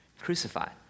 crucified